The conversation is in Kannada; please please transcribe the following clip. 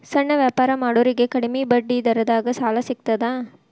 ಸಣ್ಣ ವ್ಯಾಪಾರ ಮಾಡೋರಿಗೆ ಕಡಿಮಿ ಬಡ್ಡಿ ದರದಾಗ್ ಸಾಲಾ ಸಿಗ್ತದಾ?